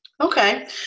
Okay